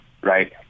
Right